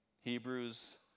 Hebrews